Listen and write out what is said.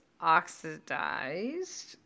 oxidized